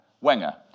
Wenger